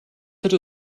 hätte